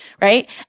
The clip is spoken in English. right